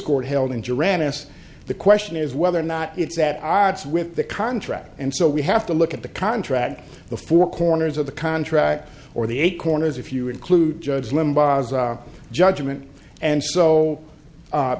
court held in jarana asks the question is whether or not it's that i it's with the contract and so we have to look at the contract the four corners of the contract or the eight corners if you include judge limbaugh's judgment and so